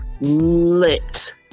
lit